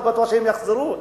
לא בטוח שהם יחזרו,